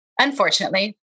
unfortunately